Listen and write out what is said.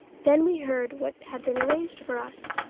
then we heard what had been arranged for us.